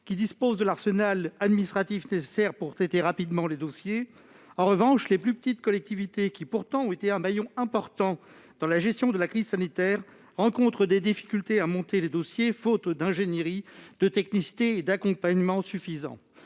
disposent de l'arsenal administratif nécessaire pour traiter rapidement les dossiers. En revanche, les plus petites collectivités, qui ont pourtant été un maillon important dans la gestion de la crise sanitaire, rencontrent des difficultés pour monter les dossiers faute d'ingénierie, de technicité et d'un accompagnement suffisant.